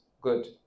good